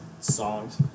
songs